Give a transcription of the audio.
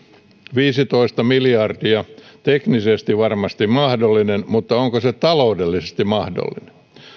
viisitoista miljardia on teknisesti varmasti mahdollinen mutta onko se taloudellisesti mahdollinen